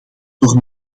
door